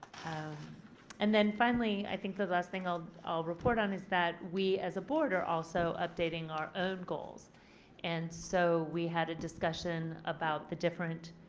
and then finally i think the last thing i'll i'll report on is that we as a board are also updating our own goals and so we had a discussion about the different